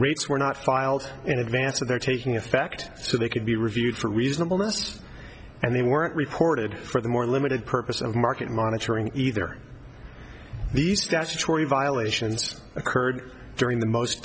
rates were not filed in advance of their taking effect so they could be reviewed for reasonableness and they weren't reported for the more limited purpose of market monitoring either these statutory violations occurred during the most